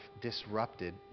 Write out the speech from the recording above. disrupted